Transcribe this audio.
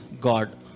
God